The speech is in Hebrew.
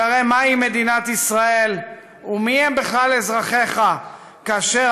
שהרי מהי מדינת ישראל ומיהם בכלל אזרחיך כאשר